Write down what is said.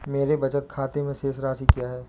मेरे बचत खाते में शेष राशि क्या है?